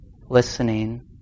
listening